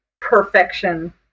perfection